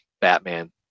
Batman